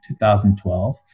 2012